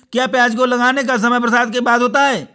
क्या प्याज को लगाने का समय बरसात के बाद होता है?